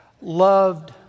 loved